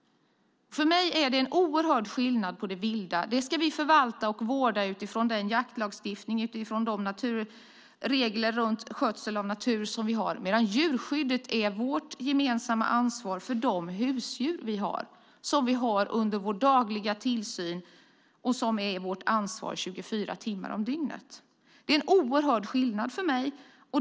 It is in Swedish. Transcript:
Det vilda ska vi förvalta och vårda utifrån jaktlagstiftningen och de regler vi har för skötsel av naturen. Djurskyddet, däremot, är vårt gemensamma ansvar när det gäller våra husdjur som vi har daglig tillsyn över och som är vårt ansvar 24 timmar om dygnet. Det är en oerhörd skillnad.